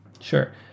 Sure